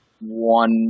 one